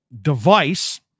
device